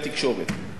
לא נשאר